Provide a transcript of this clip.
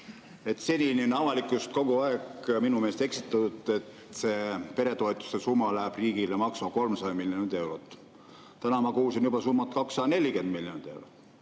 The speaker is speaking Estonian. Senini on avalikkust kogu aeg minu meelest eksitatud, et see peretoetuste summa läheb riigile maksma 300 miljonit eurot. Täna ma kuulsin juba summat 240 miljonit eurot.